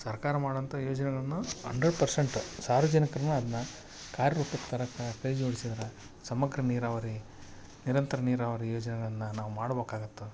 ಸರ್ಕಾರ ಮಾಡೋವಂತ ಯೋಜನೆಗಳನ್ನು ಹಂಡ್ರೆಡ್ ಪರ್ಸೆಂಟ್ ಸಾರ್ವಜನಿಕ್ರುನು ಅದನ್ನ ಕಾರ್ಯರೂಪಕ್ಕೆ ತರಕ್ಕೆ ಕೈ ಜೋಡಿಸಿದ್ರೆ ಸಮಗ್ರ ನೀರಾವರಿ ನಿರಂತರ ನೀರಾವರಿ ಯೋಜನೆಗಳನ್ನು ನಾವು ಮಾಡ್ಬೇಕಾಗತ್ತೆ